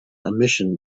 emission